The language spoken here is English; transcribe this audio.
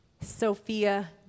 Sophia